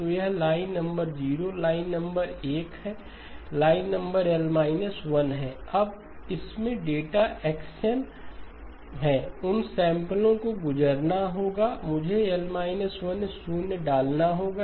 तो यह line number 0 line number 1 है यह लाइन नंबर L 1 है अब इसमें डेटा XN है उन सैंपल को गुजरना होगा और मुझे L 1 शून्य डालना होगा